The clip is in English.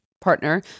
partner